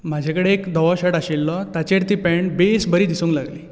म्हजे कडेन एक धवो शर्ट आशिल्लो ताचेर ती पेण्ट बेस बरी दिसूंक लागली